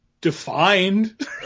defined